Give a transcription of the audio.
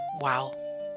Wow